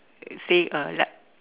say uh like